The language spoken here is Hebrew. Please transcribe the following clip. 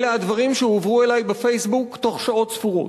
אלה הדברים שהועברו אלי ב"פייסבוק" תוך שעות ספורות.